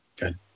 Good